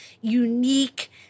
unique